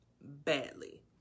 badly